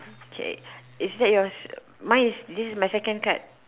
okay is that you mine is this is my second card